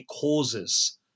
causes